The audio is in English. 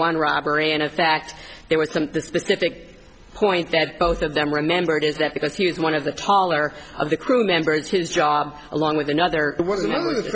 one robbery and in fact there was some specific point that both of them remembered is that because he was one of the taller of the crew members it's his job along with another one of the